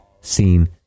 seen